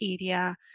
area